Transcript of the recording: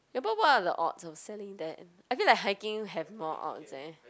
ya but what are the odds of selling then I feel like hiking have more odds eh